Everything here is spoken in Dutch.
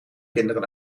kinderen